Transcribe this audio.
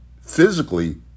physically